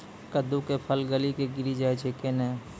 कददु के फल गली कऽ गिरी जाय छै कैने?